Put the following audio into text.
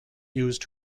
used